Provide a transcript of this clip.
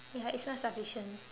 ya it's not sufficient